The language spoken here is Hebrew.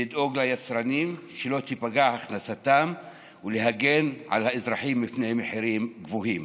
לדאוג ליצרנים שלא תיפגע הכנסתם ולהגן על האזרחים מפני מחירים גבוהים.